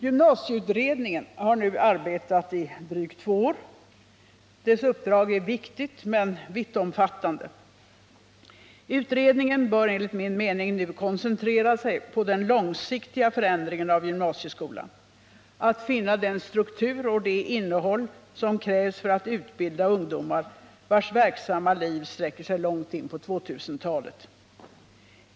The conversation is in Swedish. Gymnasieutredningen har nu arbetat i drygt två år. Dess uppdrag är viktigt men vittomfattande. Utredningen bör, enligt min mening, nu koncentrera sig på den långsiktiga förändringen av gymnasieskolan, att finna den struktur och det innehåll som krävs för att utbilda ungdomar, vilkas verksamma liv sträcker sig långt in på 2000-talet.